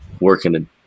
working